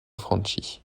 franchi